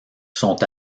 sont